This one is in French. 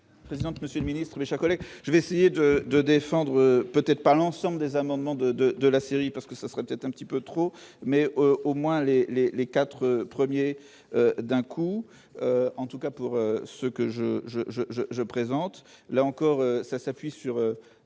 Présidente, monsieur le Ministre, collègues, je vais essayer de de défendre peut-être par l'ensemble des amendements de de de la série parce que ça serait peut-être un petit peu trop mais au moins les, les, les 4 premiers d'un coup, en tout cas pour ce que je je je je je présente là encore ça s'appuie sur